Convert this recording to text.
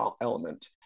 element